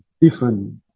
different